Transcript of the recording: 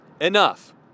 enough